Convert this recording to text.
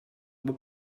what